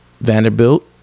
Vanderbilt